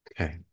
okay